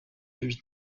lui